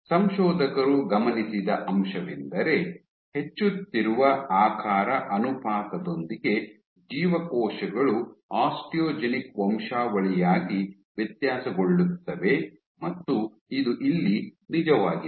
ಸಂಶೋಧಕರು ಗಮನಿಸಿದ ಅಂಶವೆಂದರೆ ಹೆಚ್ಚುತ್ತಿರುವ ಆಕಾರ ಅನುಪಾತದೊಂದಿಗೆ ಜೀವಕೋಶಗಳು ಆಸ್ಟಿಯೋಜೆನಿಕ್ ವಂಶಾವಳಿಯಾಗಿ ವ್ಯತ್ಯಾಸಗೊಳ್ಳುತ್ತವೆ ಮತ್ತು ಇದು ಇಲ್ಲಿ ನಿಜವಾಗಿದೆ